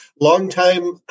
longtime